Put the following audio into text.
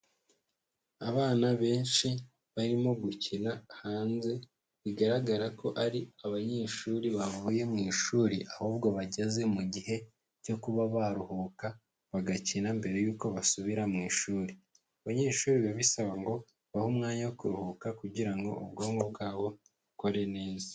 Abana benshi barimo gukina hanze, bigaragara ko ari abanyeshuri bavuye mu ishuri ahubwo bageze mu gihe cyo kuba baruhuka, bagakina mbere y'uko basubira mu ishuri, abanyeshuri biba bisaba ngo ubahe umwanya wo kuruhuka kugira ngo ubwonko bwabo bukore neza.